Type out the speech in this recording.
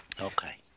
Okay